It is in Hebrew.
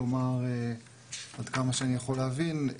כלומר עד כמה שאני יכול להבין,